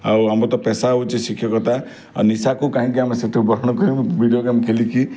ଆଉ ଆମର ତ ପେଶା ହେଉଛି ଶିକ୍ଷକତା ଆଉ ନିଶାକୁ କାହିଁକି ଆମେ ସେଇଠୁ ଗ୍ରହଣ କରିବୁ ଭିଡ଼ିଓ ଗେମ୍ ଖେଳିକି